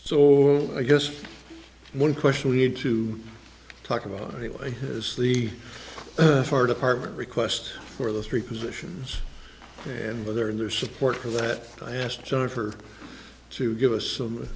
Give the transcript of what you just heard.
so i guess one question we need to talk about why has the far department request for the street positions and whether in their support for that i asked jennifer to give us some